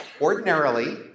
ordinarily